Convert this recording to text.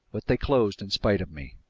but they closed in spite of me.